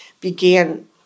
began